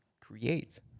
create